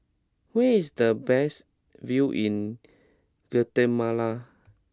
where is the best view in Guatemala